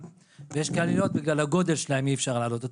ויש קלנועיות שבגלל הגודל שלהן אי אפשר להעלות אותן.